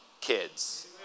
kids